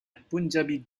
punjabi